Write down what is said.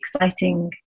exciting